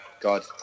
God